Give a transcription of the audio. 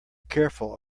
careful